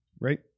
right